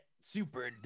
super